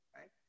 right